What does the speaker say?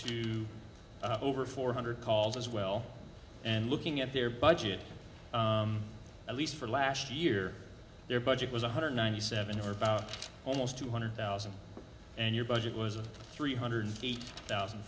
to over four hundred calls as well and looking at their budget at least for last year their budget was one hundred ninety seven or about almost two hundred thousand and your budget was three hundred eight thousand